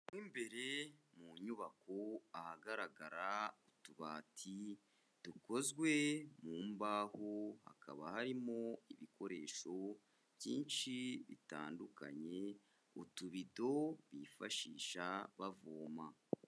Mo imbere mu nyubako ahagaragara utubati dukozwe mu mbaho, hakaba harimo ibikoresho byinshi bitandukanye, utubido bifashisha bavoma.